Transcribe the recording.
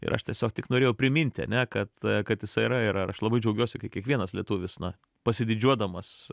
ir aš tiesiog tik norėjau priminti ane kad kad jisai yra ir ir aš labai džiaugiuosi kai kiekvienas lietuvis na pasididžiuodamas